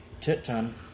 tit-ton